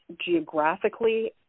geographically